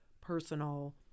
personal